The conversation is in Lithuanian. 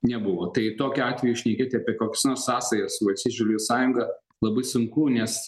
nebuvo tai tokiu atveju šnekėti apie kokias nors sąsajas su valstiečių žaliųjų sąjunga labai sunku nes